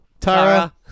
Tara